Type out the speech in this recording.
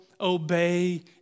obey